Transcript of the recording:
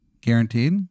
Guaranteed